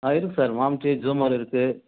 ஆ இருக்குது sir worms ஜூமோல் இருக்குது